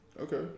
Okay